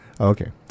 Okay